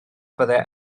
fyddai